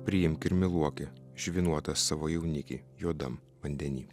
priimk ir myluoki žvynuotą savo jaunikį juodam vandeny